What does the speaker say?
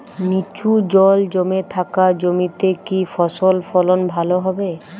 নিচু জল জমে থাকা জমিতে কি ফসল ফলন ভালো হবে?